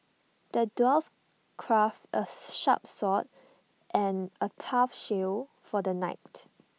the dwarf crafted A sharp sword and A tough shield for the knight